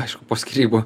aišku po skyrybų